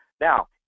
Now